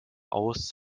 aus